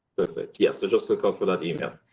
perfect, yeah so just look out for that email.